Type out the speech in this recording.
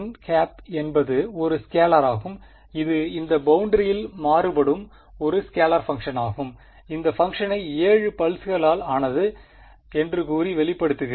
n என்பது ஒரு scalar ஆகும் இது இந்த பௌண்டரியில் மாறுபடும் ஒரு ஸ்கேலார் பங்க்ஷனாகும் scalar function இந்த பங்க்ஷனை 7 பல்ஸ்களால் ஆனது என்று கூறி வெளிப்படுத்துகிறேன்